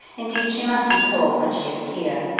indeed, she must be told when she is here,